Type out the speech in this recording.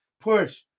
push